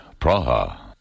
Praha